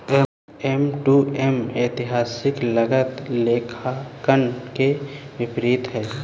M to M ऐतिहासिक लागत लेखांकन के विपरीत है